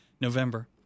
November